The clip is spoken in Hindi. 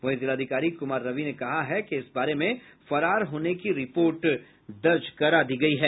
वहीं जिलाधिकारी कुमार रवि ने कहा है कि इस बारे में फरार होने की रिपोर्ट दर्ज करा दी गयी है